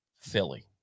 Philly